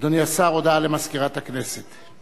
אדוני השר, הודעה למזכירת הכנסת.